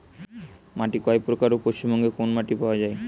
মাটি কয় প্রকার ও পশ্চিমবঙ্গ কোন মাটি পাওয়া য়ায়?